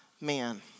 man